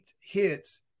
hits